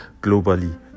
globally